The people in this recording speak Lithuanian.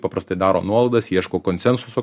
paprastai daro nuolaidas ieško konsensuso